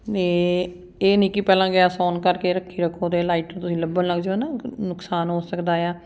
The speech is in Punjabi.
ਇਹ ਇਹ ਨਹੀਂ ਕਿ ਪਹਿਲਾਂ ਗਿਆ ਆਨ ਕਰਕੇ ਰੱਖੀ ਰੱਖੋ ਅਤੇ ਲਾਈਟਰ ਤੁਸੀਂ ਲੱਭਣ ਲੱਗ ਜਾਓ ਹੈ ਨਾ ਨੁਕਸਾਨ ਹੋ ਸਕਦਾ ਆ